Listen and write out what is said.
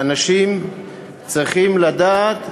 ואנשים צריכים לדעת,